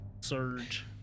Surge